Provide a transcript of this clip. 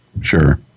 Sure